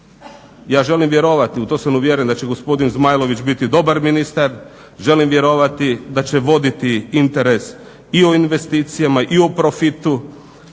Ja želim vjerovati, u to sam uvjeren da će gospodin Zmajlović biti dobar ministar, želim vjerovati da će voditi interes i o investicijama i o profitu,